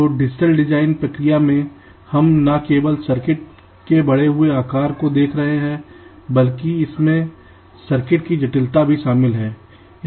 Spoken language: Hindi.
तो डिजिटल डिजाइन प्रक्रिया में हम न केवल सर्किट के बढ़े हुए आकार को देख रहे हैं बल्कि इसमें सर्किट कीजटिलता भी शामिल है